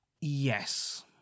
Yes